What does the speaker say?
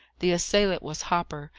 the assailant was hopper,